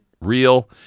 real